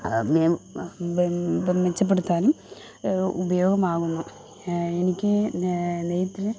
മെച്ചപ്പെടുത്താനും ഉപയോഗമാകുന്നു എനിക്ക് നെയ്ത്തിൽ